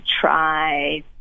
try